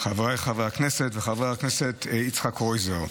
חבריי חברי הכנסת וחבר הכנסת יצחק קרויזר,